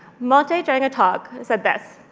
malte, during a talk, said this.